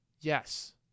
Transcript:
Yes